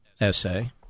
essay